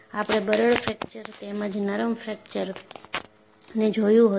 આપણે બરડ ફ્રેકચર તેમજ નરમ ફ્રેકચરને જોયું હતું